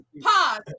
Pause